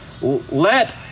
Let